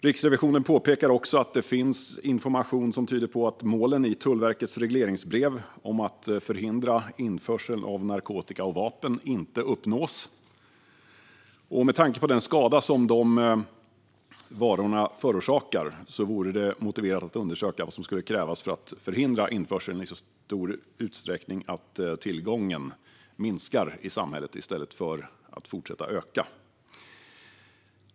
Riksrevisionen påpekar också att det finns information som tyder på att målen i Tullverkets regleringsbrev om att förhindra införsel av narkotika och vapen inte uppnås. Med tanke på den skada som dessa varor förorsakar vore det motiverat att undersöka vad som skulle krävas för att förhindra införseln i så stor utsträckning att tillgången minskar i samhället i stället för att fortsätta öka.